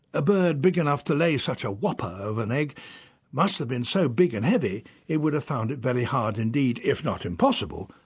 a bird big enough to lay such a whopper of an egg must have been so big and heavy it would have found it very hard indeed, if not impossible,